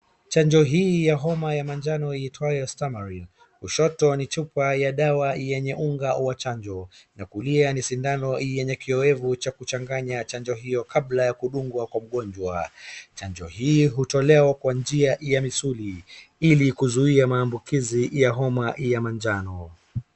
Chanjo hii ya homa ya manjano iitwayo stamari kushoto ni chupa ya dawa yenye unga wa chanjo na kulia ni sindano yenye kiowevu cha kuchanganya chanjo hiyo kabla ya kudungwa kwa mgonjwa ,chanjo hii hutolewa kwa njia ya misuli ili kuzuia maambukizi ya homa ya manjano.